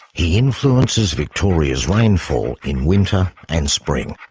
he influences victoria's rainfall in winter and spring.